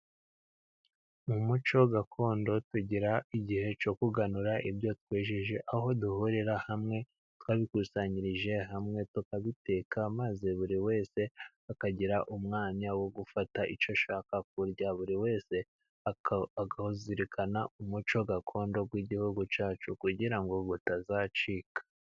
Mu muco gakondo tugira igihe cyo kuganura ibyo twejeje, aho duhurira hamwe twabikusanyirije hamwe tukabiteka, maze buri wese akagira umwanya wo gufata icyo ashaka kurya buri wese akazirikana umuco gakondo w'igihugu cyacu kugirango utazacika.